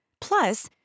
Plus